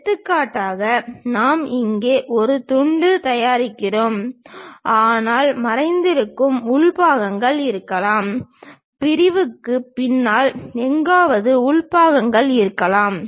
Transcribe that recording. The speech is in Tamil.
எடுத்துக்காட்டாக நாங்கள் இங்கே ஒரு துண்டு தயாரிக்கிறோம் ஆனால் மறைந்திருக்கும் உள் பாகங்கள் இருக்கலாம் பிரிவுக்கு பின்னால் எங்காவது உள் பாகங்கள் இருக்கலாம்